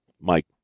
Mike